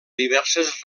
diverses